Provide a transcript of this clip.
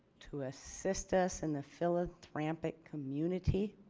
to assist us in the philanthropic community